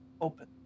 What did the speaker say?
Open